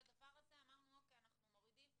אמרנו שאת זה אנחנו מורידים.